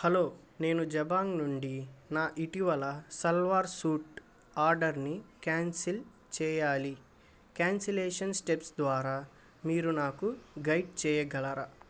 hello నేను జబాంగ్ నుండి నా ఇటీవల సల్వార్ సూట్ ఆర్డర్ని క్యాన్సిల్ చేయాలి క్యాన్సిలేషన్ స్టెప్స్ ద్వారా మీరు నాకు గైడ్ చేయగలరా